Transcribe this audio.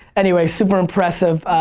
anyway, super impressive.